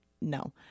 no